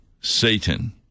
Satan